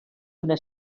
una